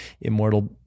immortal